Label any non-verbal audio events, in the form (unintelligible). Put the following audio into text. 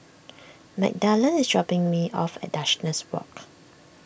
(noise) Magdalen is dropping me off at (unintelligible) Walk